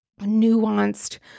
nuanced